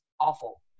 awful